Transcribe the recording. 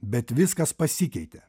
bet viskas pasikeitė